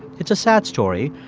it's a sad story,